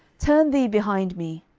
turn thee behind me.